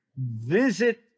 visit